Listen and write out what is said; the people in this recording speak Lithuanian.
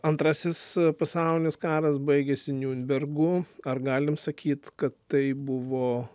antrasis pasaulinis karas baigėsi niurnbergu ar galim sakyt kad taip buvo